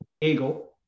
eagle